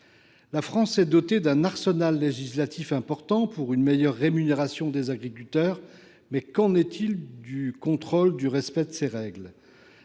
La France est dotée d’un arsenal législatif important pour une meilleure rémunération des agriculteurs. Pour autant, qu’en est il du contrôle du respect de ces règles ?